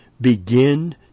begin